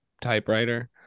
typewriter